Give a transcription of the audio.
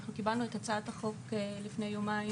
אנחנו קיבלנו את הצעת החוק לפני יומיים